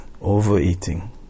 overeating